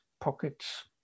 pockets